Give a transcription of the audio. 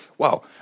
Wow